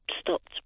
stopped